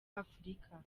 afurika